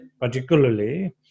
particularly